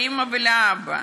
לאימא ולאבא.